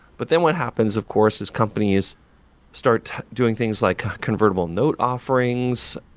but then, what happens, of course, as companies start doing things like convertible note offerings,